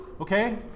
Okay